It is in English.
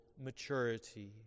maturity